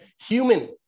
human